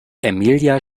emilia